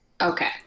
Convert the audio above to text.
Okay